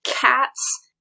cats